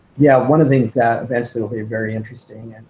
yeah, one of the things that eventually will be very interesting,